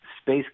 space